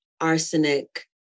arsenic